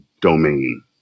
domain